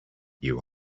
you